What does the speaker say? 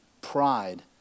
pride